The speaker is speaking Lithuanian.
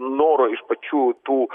noro iš pačių tų